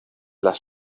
las